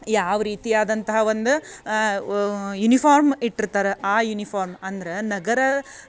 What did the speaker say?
ಯಾವ ರೀತಿಯಾದಂತಹ ಒಂದು ಯುನಿಫಾರ್ಮ್ ಇಟ್ಟಿರ್ತಾರ ಆ ಯುನಿಫಾರ್ಮ್ ಅಂದ್ರೆ ನಗರ